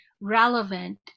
relevant